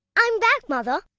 i am back, mother.